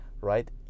right